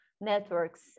networks